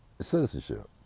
citizenship